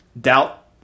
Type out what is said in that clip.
doubt